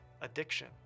addiction